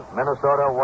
Minnesota